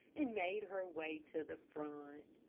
and made her way to the front.